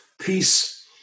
peace